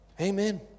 Amen